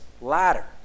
ladder